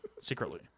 Secretly